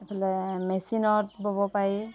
ইফালে মেচিনত ব'ব পাৰি